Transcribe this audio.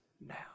now